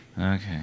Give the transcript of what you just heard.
Okay